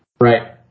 right